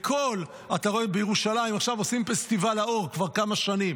אתה רואה שבירושלים עושים פסטיבל האור כבר כמה שנים.